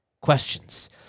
questions